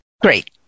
Great